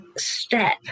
step